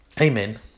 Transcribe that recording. Amen